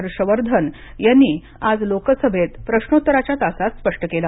हर्षवर्धन यांनी आज लोकसभेत प्रश्नोत्तराच्या तासात स्पष्ट केले